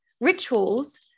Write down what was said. rituals